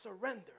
surrender